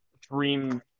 dream